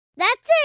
that's it.